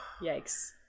yikes